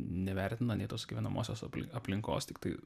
nevertina nei tos gyvenamosios aplinkos tiktai